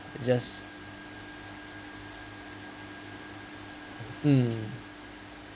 just mm